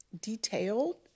detailed